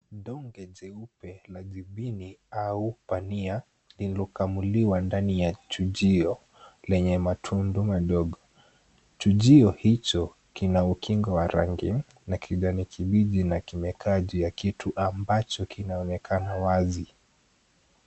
Donge jeupe lla jibini au pania lililokamuliwa ndani ya chujio lenye matundu madogo. Chujio hicho kina ukingo wa rangi la kijani kibichi na kimekaa juu ya kitu ambacho kinaonekana wazi.